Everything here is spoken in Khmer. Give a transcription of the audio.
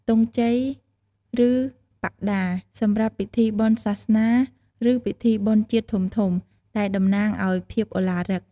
ទង់ជ័យ ឬបដា សម្រាប់ពិធីបុណ្យសាសនា ឬពិធីបុណ្យជាតិធំៗ ដែលតំណាងឲ្យភាពឱឡារិក។